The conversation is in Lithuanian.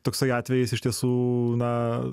toksai atvejis iš tiesų na